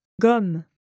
gomme